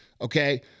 Okay